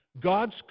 God's